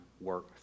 work